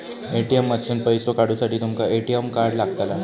ATM मधसून पैसो काढूसाठी तुमका ए.टी.एम कार्ड लागतला